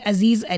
Aziz